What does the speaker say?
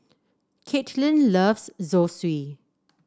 Caitlin loves Zosui